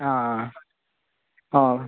आं हय